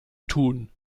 tun